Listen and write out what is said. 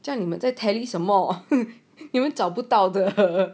叫你们的 tally 什么因为找不到的